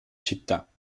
città